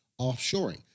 offshoring